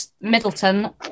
Middleton